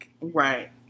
Right